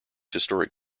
historic